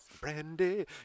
Brandy